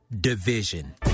division